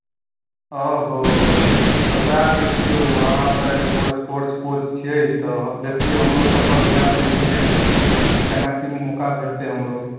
ओह्हो तऽ सएह देखियौ अहाँ तऽ एगो स्पोर्ट्स कोच छियै तऽ देखतियै हमरोसभ पर ध्यान देतियै केना की मौका भेटतै हमरो